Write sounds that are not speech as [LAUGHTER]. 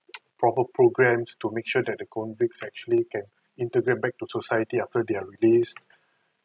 [NOISE] proper programs to make sure that the convicts actually can integrate back to society after they are released